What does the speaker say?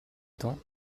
temps